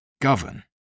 Govern